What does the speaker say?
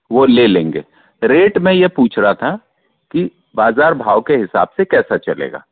वो ले लेंगे रेट मैं ये पूछ रहा था कि बाजार भाव के हिसाब से कैसा चलेगा